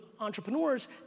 entrepreneurs